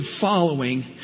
following